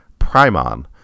Primon